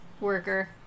worker